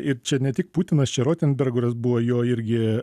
ir čia ne tik putinas čia rotenberguras buvo jo irgi